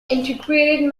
intrigued